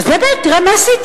אז באמת, תראה מה עשית: